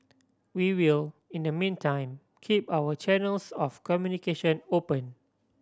we will in the meantime keep our channels of communication open